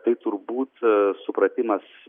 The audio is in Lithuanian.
tai turbūt supratimas